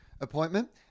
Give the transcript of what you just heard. appointment